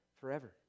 forever